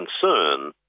concern